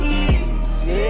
easy